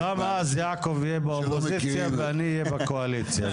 גם אז יעקב יהיה באופוזיציה ואני אהיה בקואליציה,